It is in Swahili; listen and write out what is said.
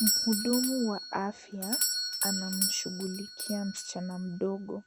Mhudumu wa afya anamshughulikia msichana mdogo,